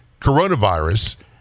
coronavirus